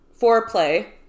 foreplay